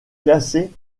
classé